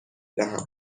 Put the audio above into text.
دهم